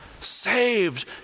saved